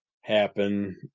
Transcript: happen